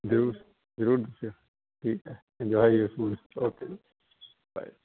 ਜ਼ਰੂਰ ਜ਼ਰੂਰ ਠੀਕ ਆ enjoy your food okay bye